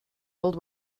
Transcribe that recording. old